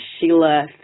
Sheila